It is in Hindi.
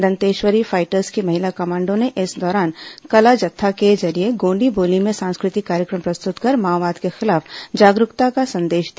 दंतेश्वरी फाइटर्स की महिला कमांडो ने इस दौरान कला जत्था के जरिये गोण्डी बोली में सांस्कृतिक कार्यक्रम प्रस्तृत कर माओवाद के खिलाफ जागरूकता का संदेश दिया